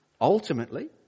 ultimately